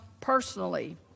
personally